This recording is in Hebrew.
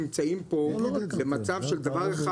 נמצאים פה במצב של דבר אחד